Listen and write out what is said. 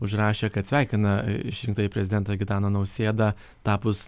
užrašė kad sveikina išrinktąjį prezidentą gitaną nausėdą tapus